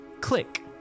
click